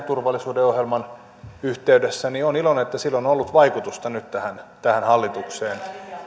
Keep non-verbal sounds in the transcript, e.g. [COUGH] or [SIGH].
[UNINTELLIGIBLE] turvallisuuden ohjelman yhteydessä on ollut vaikutusta nyt tähän tähän hallitukseen tämä